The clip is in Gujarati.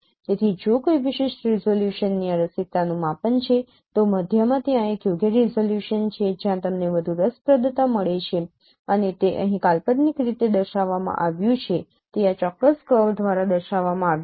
તેથી જો કોઈ વિશિષ્ટ રીઝોલ્યુશનની આ રસિકતાનું માપન છે તો મધ્યમાં ત્યાં એક યોગ્ય રીઝોલ્યુશન છે જ્યાં તમને વધુ રસપ્રદતા મળે છે અને તે અહીં કાલ્પનિક રીતે દર્શાવવામાં આવ્યું છે તે આ ચોક્કસ કર્વ દ્વારા દર્શાવવામાં આવ્યું છે